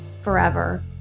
forever